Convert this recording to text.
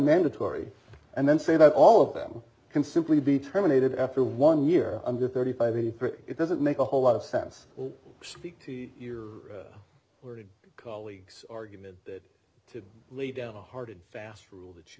mandatory and then say that all of them can simply be terminated after one year under thirty five busy it doesn't make a whole lot of sense all speak to already colleagues argument that to lay down a hard and fast rule that you